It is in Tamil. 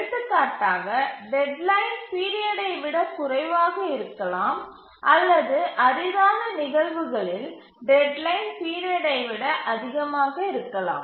எடுத்துக்காட்டாக டெட்லைன் பீரியடை விட குறைவாக இருக்கலாம் அல்லது அரிதான நிகழ்வுகலில் டெட்லைன் பீரியடை விட அதிகமாக இருக்கலாம்